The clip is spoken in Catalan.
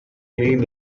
mínim